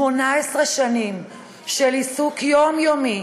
18 שנים של עיסוק יומיומי